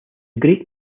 great